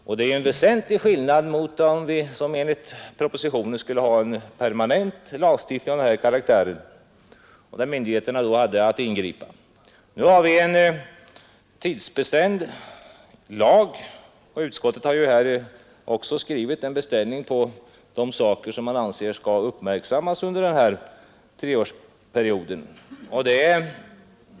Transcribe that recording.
Det innebär ju en väsentlig skillnad i förhållande till Propositionen som föreslår en permanent lag enligt vilken myndigheterna skulle ha att ingripa. Om utskottets hemställan bifalles får vi sålunda en tidsbestämd lag. Bakgrunden till den föreslagna begränsningen av lagens giltighetstid är att utskottet önskar att Kungl. Maj:t under denna 147 Nr 121 treårsperiod uppmärksammar vissa ting som utskottet pekat på i sitt Onsdagen den utlåtande.